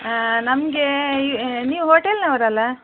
ನಮ್ಗೆ ಈ ನೀವು ಹೋಟೆಲ್ನೋರಲ್ವಾ